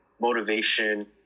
motivation